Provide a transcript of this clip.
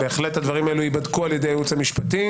הדברים הללו ייבדקו על ידי הייעוץ המשפטי.